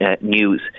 news